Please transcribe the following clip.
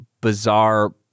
bizarre